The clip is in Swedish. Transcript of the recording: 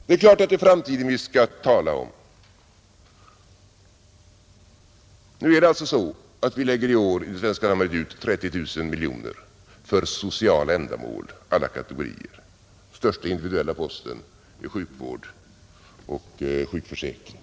Det är klart att det är framtiden vi skall tala om, Nu är det alltså så att vi i det svenska samhället i år lägger ut 30 000 miljoner kronor för sociala ändamål, alla kategorier inräknade. Den största individuella posten är sjukvård och sjukförsäkring.